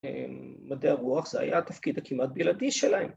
‫מדעי הרוח זה היה התפקיד ‫הכמעט בלעדי שלהם.